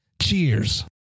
Cheers